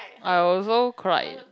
I also cried